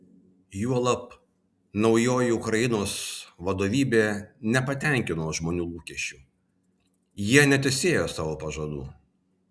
juolab naujoji ukrainos vadovybė nepatenkino žmonių lūkesčių jie netesėjo savo pažadų